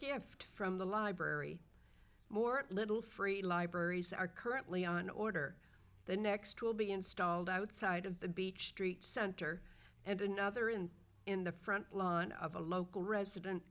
gift from the library more little free libraries are currently on order the next will be installed outside of the beach street center and another in in the front lawn of a local resident